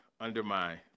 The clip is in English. undermine